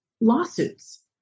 lawsuits